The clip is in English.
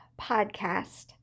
Podcast